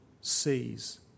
sees